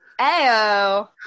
Ayo